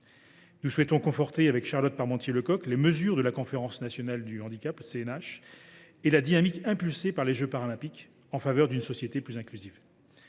Je souhaite, avec Charlotte Parmentier Lecocq, conforter les mesures de la Conférence nationale du handicap (CNH) et la dynamique impulsée par les jeux Paralympiques en faveur d’une société plus inclusive.